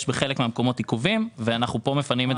בחלק מהמקומות יש עיכובים ואנחנו כאן מפנים את זה כמקור.